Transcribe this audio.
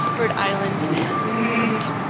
rhode island and vermont.